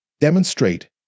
demonstrate